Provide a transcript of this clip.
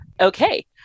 Okay